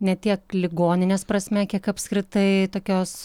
ne tiek ligoninės prasme kiek apskritai tokios